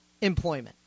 employment